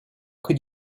could